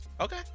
Okay